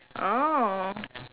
oh